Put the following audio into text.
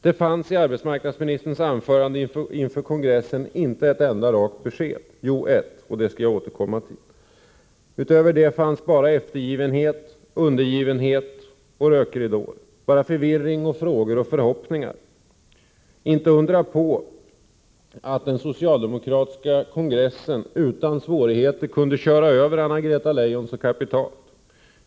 Det fanns i arbetsmarknadsministerns anförande inför kongressen inte ett enda rakt besked. Jo ett, och det skall jag återkomma till. Utöver det fanns bara eftergivenhet, undergivenhet och rökridåer — bara förvirring, frågor och förhoppningar. Det är inte att undra på att den socialdemokratiska kongressen utan svårigheter kunde köra över Anna-Greta Leijon så kapitalt.